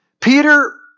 Peter